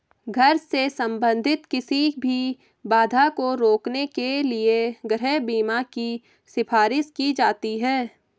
घर से संबंधित किसी भी बाधा को रोकने के लिए गृह बीमा की सिफारिश की जाती हैं